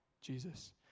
Jesus